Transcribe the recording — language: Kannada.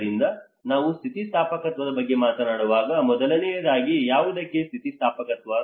ಆದ್ದರಿಂದ ನಾವು ಸ್ಥಿತಿಸ್ಥಾಪಕತ್ವದ ಬಗ್ಗೆ ಮಾತನಾಡುವಾಗ ಮೊದಲನೆಯದಾಗಿ ಯಾವುದಕ್ಕೆ ಸ್ಥಿತಿಸ್ಥಾಪಕತ್ವ